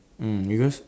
mm because